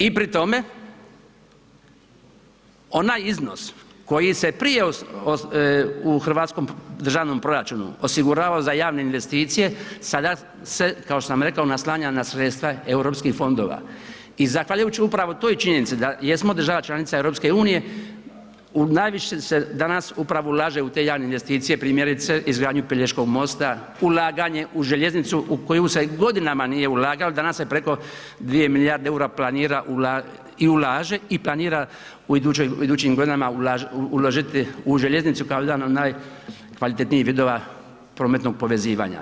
I pri tome onaj iznos koji se prije u hrvatskom državnom proračunu osigurao za javne investicije sada se, kao što sam rekao, naslanja na sredstva Europskih fondova i zahvaljujući upravo toj činjenici da jesmo država članica EU u najviše se danas upravo ulaže u te javne investicije, primjerice izgradnju Pelješkog mosta, ulaganje u željeznicu u koju se godinama nije ulagalo, danas se preko 2 milijarda EUR-a planira, i ulaže i planira u idućim godinama uložiti u željeznicu kao u jedan od najkvalitetnijih vidova prometnog povezivanja.